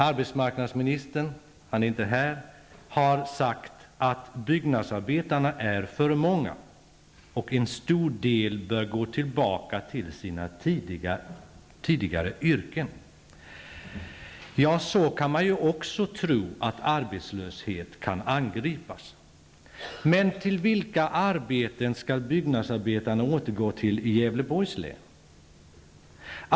Arbetsmarknadsministern -- han är inte här nu -- har sagt att byggnadsarbetarna är för många och att en stor del bör gå tillbaka till sina tidigare yrken. Så kan man också tro att arbetslöshet kan angripas. Men till vilka arbeten skall byggnadsarbetarna i Gävleborgs län återgå?